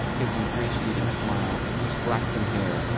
his ingratiating smile, his flaxen hair,